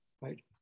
right